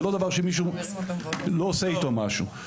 זה לא דבר שמישהו לא עושה איתו משהו.